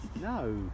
No